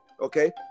okay